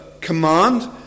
command